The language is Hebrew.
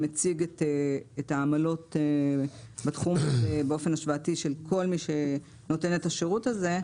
שמציג את העמלות בתחום הזה באופן השוואתי של כל מי שנותן את השירות זה,